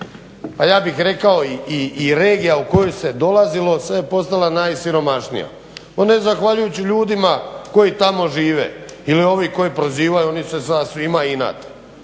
pa ja bih rekao i regija u koju se dolazilo sad je postala najsiromašnija. Ma ne zahvaljujući ljudima koji tamo žive ili ovi koji prozivaju oni se sa svima inate.